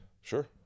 sure